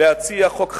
להציע חוק חדש.